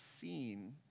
seen